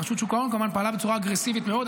רשות שוק ההון פעלה בצורה אגרסיבית מאוד,